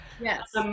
Yes